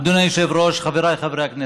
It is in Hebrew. אדוני היושב-ראש, חבריי חברי הכנסת,